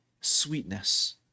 sweetness